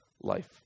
life